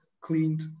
cleaned